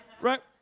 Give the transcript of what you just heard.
right